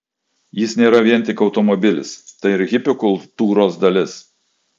jis nėra vien tik automobilis tai ir hipių kultūros dalis